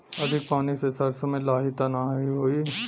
अधिक पानी से सरसो मे लाही त नाही होई?